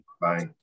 Bye